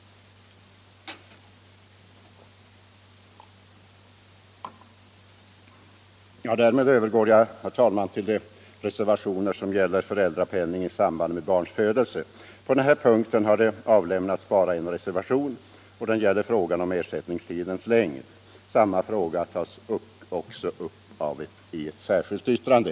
Därmed övergår jag, herr talman, till de reservationer som gäller för Nr 119 äldrapenning i samband med barns födelse. På den punkten har det av Torsdagen den lämnats bara en reservation, och den gäller frågan om ersättningstidens 6 maj 1976 längd. Samma fråga tas också upp i ett särskilt yttrande.